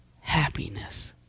happiness